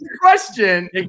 question